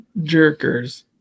jerkers